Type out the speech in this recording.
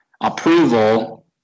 approval